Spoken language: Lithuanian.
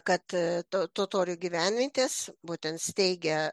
kad to totorių gyvenvietes būtent steigia